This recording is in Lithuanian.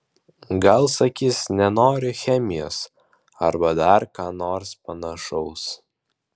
gal sakys nenoriu chemijos arba dar ką nors panašaus